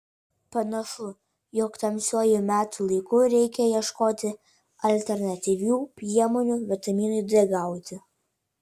panašu jog tamsiuoju metų laiku reikia ieškoti alternatyvių priemonių vitaminui d gauti